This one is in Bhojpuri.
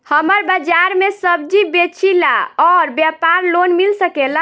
हमर बाजार मे सब्जी बेचिला और व्यापार लोन मिल सकेला?